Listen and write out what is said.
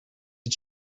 did